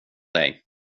dig